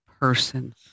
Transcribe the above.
persons